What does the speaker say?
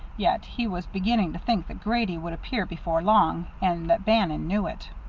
yet he was beginning to think that grady would appear before long, and that bannon knew it.